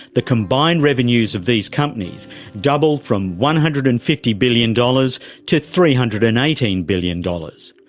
the combined revenues of these companies doubled from one hundred and fifty billion dollars to three hundred and eighteen billion dollars.